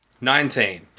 Nineteen